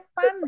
fun